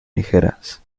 ligeras